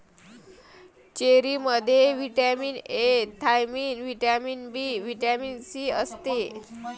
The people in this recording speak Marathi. चेरीमध्ये vitamin A, thiamine, vitamin B, vitamin C असते